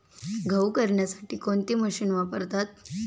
गहू करण्यासाठी कोणती मशीन वापरतात?